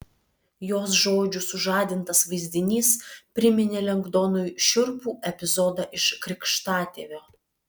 jos žodžių sužadintas vaizdinys priminė lengdonui šiurpų epizodą iš krikštatėvio